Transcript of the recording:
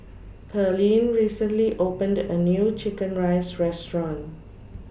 Pearlene recently opened A New Chicken Rice Restaurant